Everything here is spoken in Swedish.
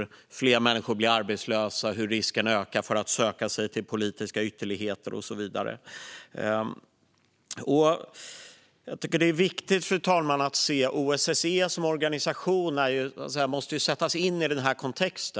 också att fler människor blir arbetslösa, att risken ökar för att människor söker sig till politiska ytterligheter och så vidare. Jag tycker att det är viktigt, fru talman, att OSSE som organisation sätts in i denna kontext.